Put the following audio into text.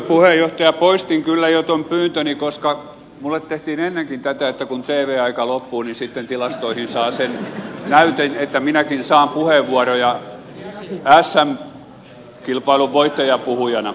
poistin kyllä jo tuon pyyntöni koska minulle tehtiin ennenkin tätä että kun tv aika loppuu niin sitten tilastoihin saa sen näytön että minäkin saan puheenvuoroja sm kilpailun voittajapuhujana